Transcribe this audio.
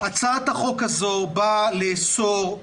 הצעת החוק הזו באה לאסור את